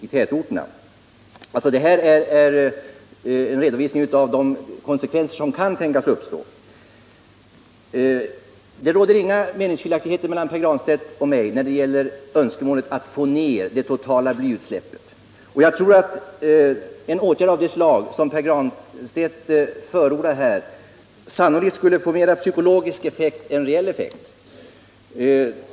Detta är en redovisning av de tänkbara konsekvenserna. När det gäller önskemålet att få ned det totala blyutsläppet råder det inga delade meningar mellan Pär Granstedt och mig, men jag tror att en åtgärd av det slag som Pär Granstedt förordar skulle få mer psykologisk än reell effekt.